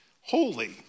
holy